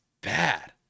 bad